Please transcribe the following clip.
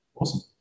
Awesome